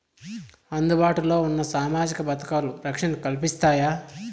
అందుబాటు లో ఉన్న సామాజిక పథకాలు, రక్షణ కల్పిస్తాయా?